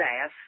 ass